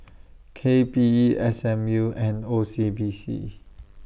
K P E S M U and O C B C